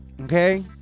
okay